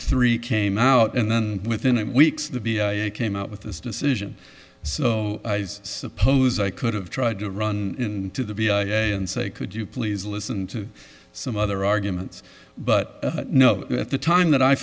three came out and then within weeks the b came up with this decision so i suppose i could have tried to run to the beach and say could you please listen to some other arguments but no at the time that i